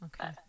okay